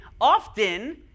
often